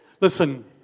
Listen